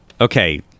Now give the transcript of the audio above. okay